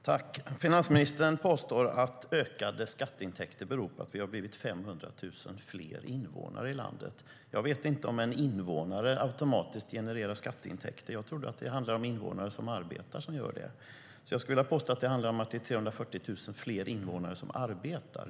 Fru talman! Finansministern påstår att ökade skatteintäkter beror på att vi har blivit 500 000 fler invånare i landet. Jag vet inte om en invånare automatiskt genererar skatteintäkter. Jag trodde att det var invånare som arbetar som gör det. Jag skulle vilja påstå att det handlar om att det är 340 000 fler invånare som arbetar.